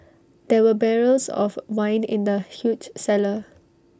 there were barrels of wine in the huge cellar